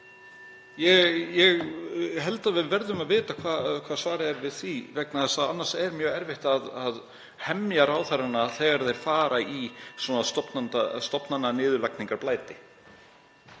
Ég held að við verðum að vita hvert svarið er við því vegna þess að annars er mjög erfitt að hemja ráðherrana þegar þeir fá svona stofnananiðurlagningarblæti.